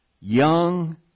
young